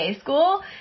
school